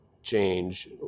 Change